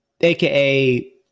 AKA